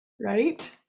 right